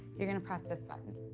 you're gonna press this button.